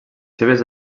seves